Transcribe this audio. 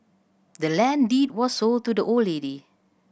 the land deed was sold to the old lady